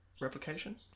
replication